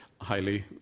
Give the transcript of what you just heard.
highly